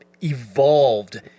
evolved